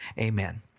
Amen